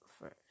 first